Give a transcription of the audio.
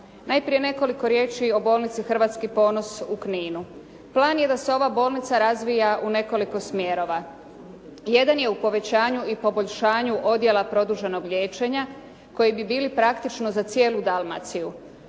Najprije nekoliko riječi o bolnici Hrvatski ponos u Kninu. Plan je da se ova bolnica razvija u nekoliko smjerova. Jedan je u povećanju i poboljšanju odjela produženog liječenja koji bi bili praktično za cijelu Dalmaciju.